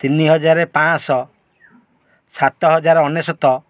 ତିନି ହଜାର ପାଞ୍ଚଶହ ସାତ ହଜାର ଅନେଶତ